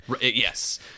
Yes